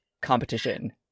competition